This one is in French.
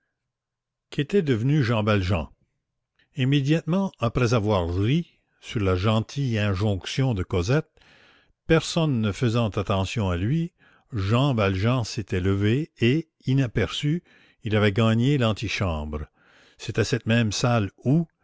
qu'était devenu jean valjean immédiatement après avoir ri sur la gentille injonction de cosette personne ne faisant attention à lui jean valjean s'était levé et inaperçu il avait gagné l'antichambre c'était cette même salle où